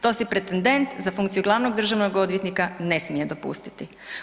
To si pretendent za funkciju glavnog državnog odvjetnika ne smije dopustiti.